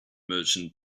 merchant